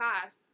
class